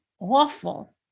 Awful